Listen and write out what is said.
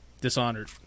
Dishonored